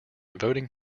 voting